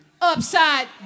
upside